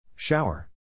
Shower